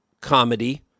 comedy